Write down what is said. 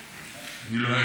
לא,